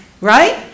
right